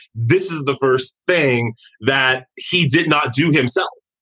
this is the first thing that he did not do himself.